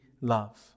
love